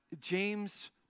James